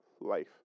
life